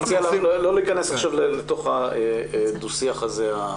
אני מציע לא להיכנס עכשיו לתוך הדו-שיח הזה.